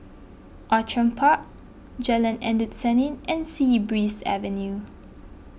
Outram Park Jalan Endut Senin and Sea Breeze Avenue